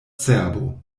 cerbo